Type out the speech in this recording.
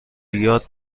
یاد